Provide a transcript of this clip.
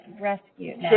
rescue